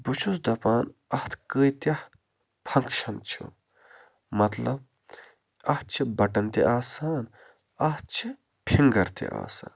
بہٕ چھُس دَپان اَتھ کۭتیاہ فَنٛکشَن چھِ مطلب اَتھ چھِ بَٹَن تہِ آسان اَتھ چھِ فِنٛگَر تہِ آسان